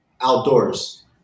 outdoors